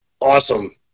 awesome